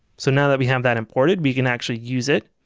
so now that we have that imported we can actually use it.